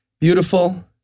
beautiful